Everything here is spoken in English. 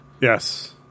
Yes